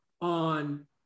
on